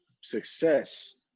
success